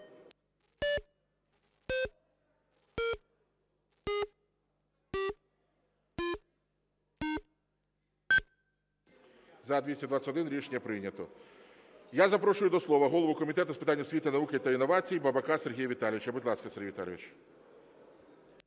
За-221 Рішення прийнято. Я запрошую до слова голову Комітету з питань освіти, науки та інновацій Бабака Сергія Віталійовича. Будь ласка, Сергію Віталійовичу.